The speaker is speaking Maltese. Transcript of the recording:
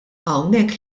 hawnhekk